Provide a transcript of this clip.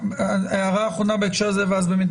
בסך